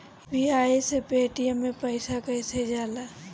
UPI से Paytm मे पैसा कइसे जाला?